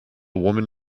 woman